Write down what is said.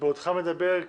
בעודך מדבר,